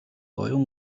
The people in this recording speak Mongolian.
оюун